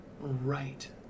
right